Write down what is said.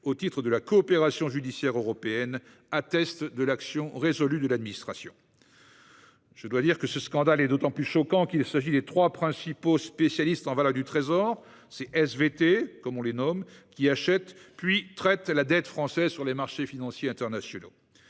au titre de la coopération judiciaire européenne, atteste de l'action résolue de l'administration. Ce scandale est d'autant plus choquant qu'il concerne trois des principaux spécialistes en valeurs du trésor (SVT), qui achètent puis traitent la dette française sur les marchés financiers internationaux